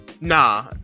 Nah